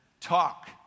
talk